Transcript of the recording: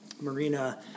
Marina